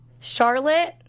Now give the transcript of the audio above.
Charlotte